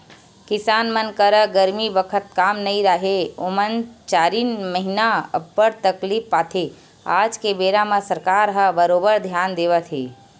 किसान मन करा गरमी बखत काम नइ राहय ओमन चारिन महिना अब्बड़ तकलीफ पाथे आज के बेरा म सरकार ह बरोबर धियान देवत हे